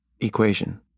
equation